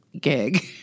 gig